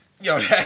Yo